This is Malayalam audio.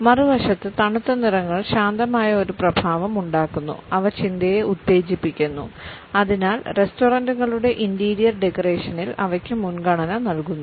മറുവശത്ത് തണുത്ത നിറങ്ങൾ ശാന്തമായ ഒരു പ്രഭാവം ഉണ്ടാക്കുന്നു അവ ചിന്തയെ ഉത്തേജിപ്പിക്കുന്നു അതിനാൽ റെസ്റ്റോറന്റുകളുടെ ഇന്റീരിയർ ഡെക്കറേഷനിൽ അവയ്ക്കു മുൻഗണന നൽകുന്നു